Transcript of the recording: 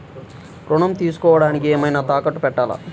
ఋణం తీసుకొనుటానికి ఏమైనా తాకట్టు పెట్టాలా?